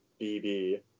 BB